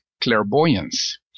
clairvoyance